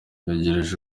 begereye